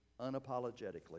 unapologetically